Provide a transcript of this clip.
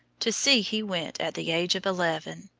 to sea he went at the age of eleven.